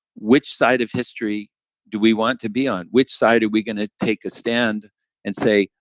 which side of history do we want to be on? which side are we going to take a stand and say,